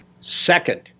Second